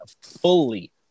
fully